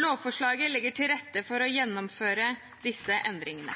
Lovforslaget legger til rette for å gjennomføre disse endringene.